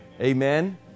Amen